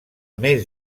més